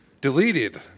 Deleted